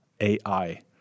AI